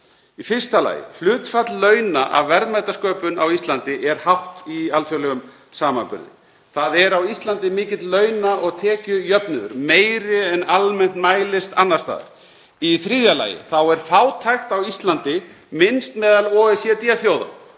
Í fyrsta lagi: Hlutfall launa af verðmætasköpun á Íslandi er hátt í alþjóðlegum samanburði. Í öðru lagi: Á Íslandi er mikill launa- og tekjujöfnuður, meiri en almennt mælist annars staðar. Í þriðja lagi er fátækt á Íslandi minnst meðal OECD-þjóða.